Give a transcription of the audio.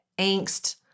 angst